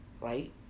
Right